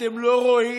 אתם לא רואים?